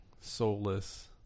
soulless